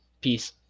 peace